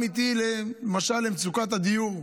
פתרון אמיתי, למשל למצוקת הדיור,